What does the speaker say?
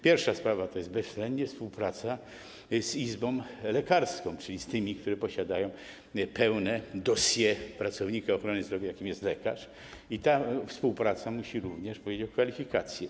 Pierwsza sprawa to bezwzględnie współpraca z izbą lekarską, czyli z tymi, którzy posiadają pełne dossier pracownika ochrony zdrowia, jakim jest lekarz, i ta współpraca musi również (...) kwalifikacje.